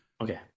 Okay